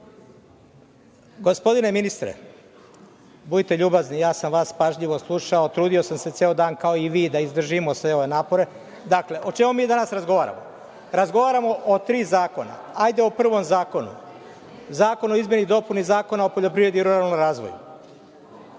govorimo? Gospodine ministre, budite ljubazni, ja sam vas pažljivo slušao, trudio sam se ceo dan, kao i vi, da izdržimo sve ove napore. Dakle, o čemu mi danas razgovaramo? Razgovaramo o tri zakona. Hajde o prvom zakonu - Zakon o izmeni i dopuni Zakona o poljoprivredi i ruralnom razvoju.